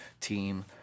Team